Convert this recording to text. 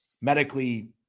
medically